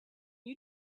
you